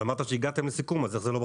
אמרת שהגעתם לסיכום, אז איך זה לא בחוק?